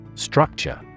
Structure